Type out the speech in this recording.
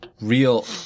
real